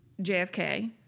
JFK